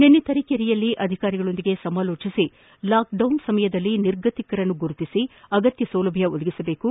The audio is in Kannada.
ನಿನ್ನೆ ತರಿಕೆರೆಯಲ್ಲಿ ಅಧಿಕಾರಿಗಳೊಂದಿಗೆ ಸಮಾಲೋಚನೆ ನಡೆಸಿ ಲಾಕ್ಡೌನ್ ಸಮಯದಲ್ಲಿ ನಿರ್ಗತಿಕರನ್ನು ಗುರುತಿಸಿ ಅಗತ್ತ ಸೌಲಭ್ಯ ಒದಗಿಸಬೇಕು